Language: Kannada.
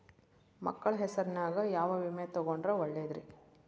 ಮಕ್ಕಳ ಹೆಸರಿನ್ಯಾಗ ಯಾವ ವಿಮೆ ತೊಗೊಂಡ್ರ ಒಳ್ಳೆದ್ರಿ?